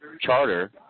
charter